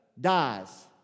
dies